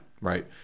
Right